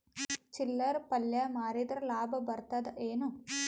ಚಿಲ್ಲರ್ ಪಲ್ಯ ಮಾರಿದ್ರ ಲಾಭ ಬರತದ ಏನು?